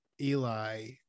eli